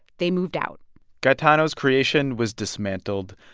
they moved out gaetano's creation was dismantled.